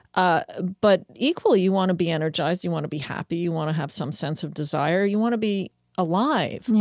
ah but equally, you want to be energized, you want to be happy, you want to have some sense of desire, you want to be alive.